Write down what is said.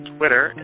Twitter